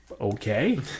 Okay